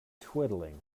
twiddling